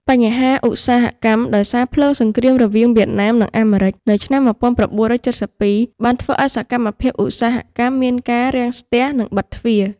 បញ្ហាឧស្សាហកម្ម ដោយសារភ្លើងសង្រ្គាមរវាងវៀតណាម និងអាមេរិកនៅឆ្នាំ ១៩៧២ បានធ្វើឲ្យសកម្មភាពឧស្សាហកម្មមានការរាំស្ទះ និងបិតទ្វារ។